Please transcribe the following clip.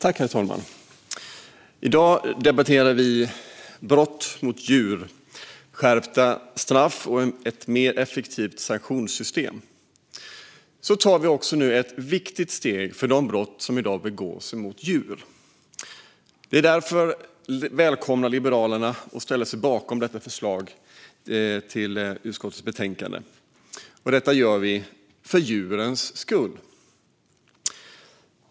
Herr talman! I dag debatterar vi brott mot djur, skärpta straff och ett mer effektivt sanktionssystem. Därmed tar vi ett viktigt steg när det gäller de brott som i dag begås mot djur. Liberalerna välkomnar förslaget i utskottets betänkande och ställer sig bakom det, och det gör vi för djurens skull.